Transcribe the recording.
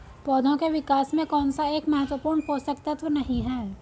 पौधों के विकास में कौन सा एक महत्वपूर्ण पोषक तत्व नहीं है?